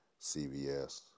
CVS